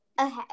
okay